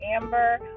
Amber